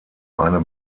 eine